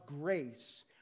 grace